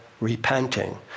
repenting